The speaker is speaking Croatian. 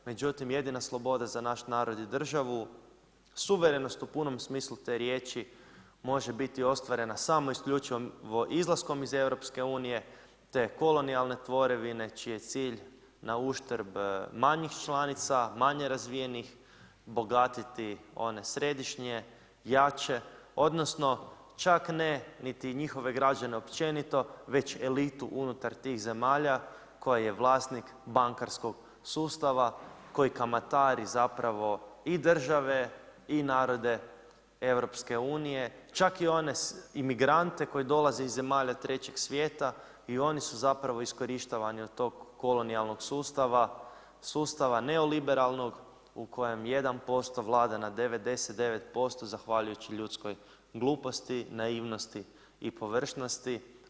Međutim, jedina sloboda za nas narod je državu suverenost u punom smislu te riječi može biti ostvarena samo isključivo izlaskom iz Europske unije te kolonijalne tvorevine čiji je cilj na uštrb manjih članica, manje razvijenih bogatiti one središnje, jače odnosno čak ne niti njihove građane općenito već elitu unutar tih zemalja koja je vlasnik bankarskog sustava koji kamatari zapravo i države, i narode Europske unije, čak i one imigrante koji dolaze iz zemalja trećeg svijeta i oni su zapravo iskorištavani od tog kolonijalnog sustava, sustava neoliberalnog u kojem 1% vlada nad 99% zahvaljujući ljudskoj gluposti, naivnosti i površnosti.